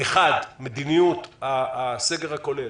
מדיניות הסגר הכולל,